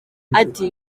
ati